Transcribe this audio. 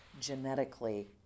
genetically